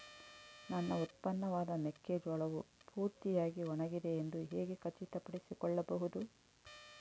ನನ್ನ ಉತ್ಪನ್ನವಾದ ಮೆಕ್ಕೆಜೋಳವು ಪೂರ್ತಿಯಾಗಿ ಒಣಗಿದೆ ಎಂದು ಹೇಗೆ ಖಚಿತಪಡಿಸಿಕೊಳ್ಳಬಹುದು?